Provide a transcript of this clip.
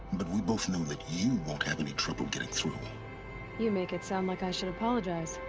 but we both know that you won't have any trouble getting through you make it sound like i should apologize.